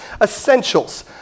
essentials